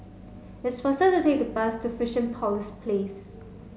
it's faster to take the bus to Fusionopolis Place